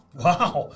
Wow